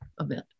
event